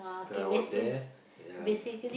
cause I was there ya